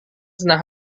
senang